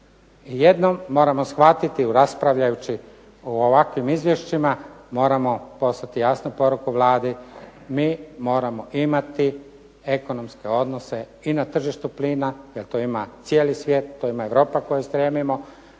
jednom moramo shvatiti raspravljajući o ovakvim izvješćima moramo poslati jasnu poruku Vladi mi moramo imati ekonomske odnose i na tržištu plina, jer to ima cijeli svijet, to ima Europa kojoj stremimo,